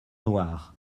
noires